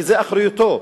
שזו אחריותו,